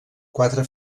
quatre